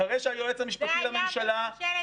אחרי שהיועץ המשפטי לממשלה -- זה היה בממשלת מעבר.